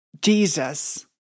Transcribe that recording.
Jesus